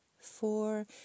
four